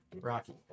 Rocky